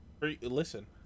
listen